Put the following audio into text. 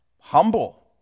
humble